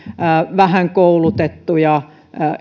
vähän koulutettuja